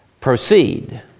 proceed